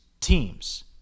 teams